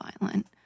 violent